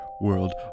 world